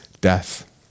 death